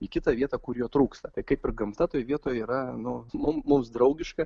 į kitą vietą kur jo trūksta tai kaip ir gamta toj vietoj yra nu mum mums draugiška